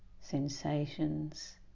Sensations